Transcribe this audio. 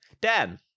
Dan